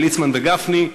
לליצמן ולגפני,